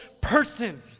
person